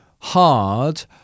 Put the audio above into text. hard